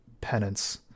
penance